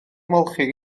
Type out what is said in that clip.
ymolchi